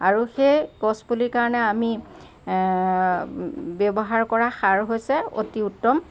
আৰু সেই গছপুলি কাৰণে আমি ব্যৱহাৰ কৰা সাৰ হৈছে অতি উত্তম